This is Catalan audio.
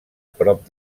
prop